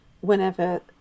whenever